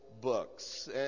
books